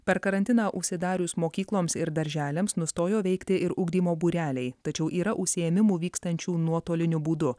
per karantiną užsidarius mokykloms ir darželiams nustojo veikti ir ugdymo būreliai tačiau yra užsiėmimų vykstančių nuotoliniu būdu